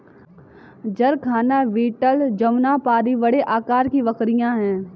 जरखाना बीटल जमुनापारी बड़े आकार की बकरियाँ हैं